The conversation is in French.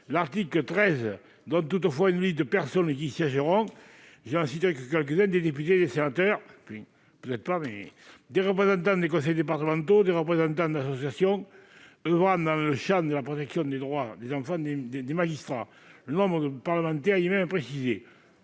L'article 13 dresse toutefois une liste de personnes qui y siégeront : des députés, des sénateurs, des représentants des conseils départementaux, des représentants d'associations oeuvrant dans le champ de la protection des droits des enfants et des magistrats. Le nombre de parlementaires y était même précisé